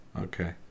Okay